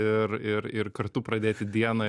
ir ir ir kartu pradėti dieną